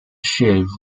shave